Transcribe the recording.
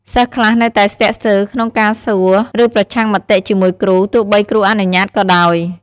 សិស្សខ្លះនៅតែស្ទាក់ស្ទើរក្នុងការសួរ ឬប្រឆាំងមតិជាមួយគ្រូ ទោះបីគ្រូអនុញ្ញាតិក៏ដោយ។